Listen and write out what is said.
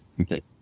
Okay